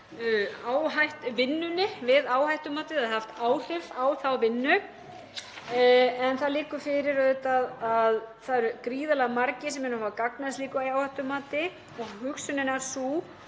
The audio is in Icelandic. vinnunni við áhættumatið eða haft áhrif á þá vinnu. En það liggur fyrir að það eru gríðarlega margir sem munu hafa gagn af slíku áhættumati og hugsunin er sú